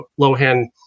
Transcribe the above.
Lohan